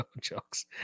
jokes